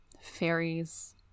fairies